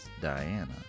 Diana